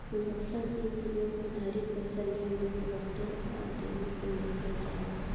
मतलब इ की लोग उधारी पईसा ले लेत बाटे आ देवे के नइखे चाहत